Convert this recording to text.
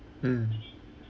mm